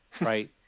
right